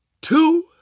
two